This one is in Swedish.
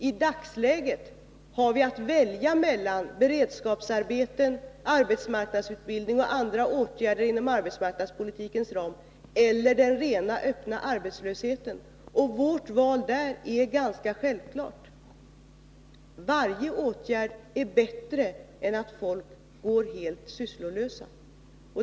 I dagsläget har vi att välja mellan beredskapsarbeten, arbetsmarknadsutbildning och andra åtgärder inom arbetsmarknadspolitikens ram eller den rena öppna arbetslösheten. Vårt val där är ganska självklart: varje åtgärd är bättre än att människor går helt sysslolösa.